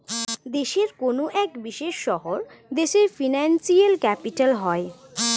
দেশের কোনো এক বিশেষ শহর দেশের ফিনান্সিয়াল ক্যাপিটাল হয়